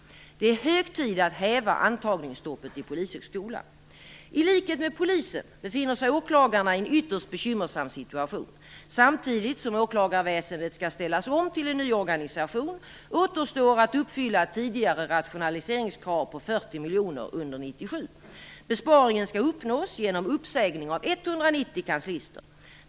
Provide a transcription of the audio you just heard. Det är hög tid att häva antagningsstoppet till Polishögskolan. I likhet med polisen befinner sig åklagarna i en ytterst bekymmersam situation. Samtidigt som åklagarväsendet skall ställas om till en ny organisation återstår att uppfylla tidigare rationaliseringskrav på 40 miljoner under 1997. Besparingen skall uppnås genom uppsägning av 190 kanslister.